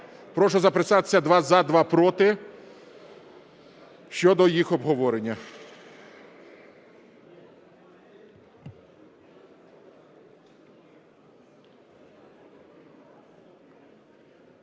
Прошу записатись: два – за, два – проти щодо їх обговорення.